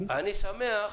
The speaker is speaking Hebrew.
אני איתך.